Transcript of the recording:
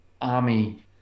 army